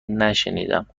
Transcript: نشنیدم